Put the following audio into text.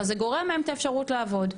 אבל זה גורע מהם את האפשרות לעבוד.